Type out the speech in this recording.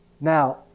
Now